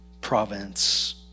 province